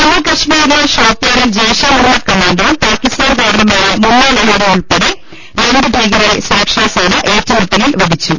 ജമ്മുകശ്മീരിലെ ഷോപ്പിയാനിൽ ജെയ്ഷെ മുഹമ്മദ് കമാൻഡറും പാകിസ്ഥാൻകാരനുമായ മുന്ന ലാഹോരി ഉൾപ്പെടെ രണ്ടു ഭീകരരെ സുര ക്ഷാസേന ഏറ്റുമുട്ടലിൽ വധിച്ചു